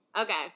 Okay